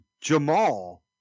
Jamal